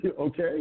okay